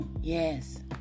Yes